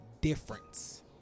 difference